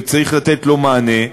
וצריך לתת לו מענה,